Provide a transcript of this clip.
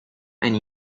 and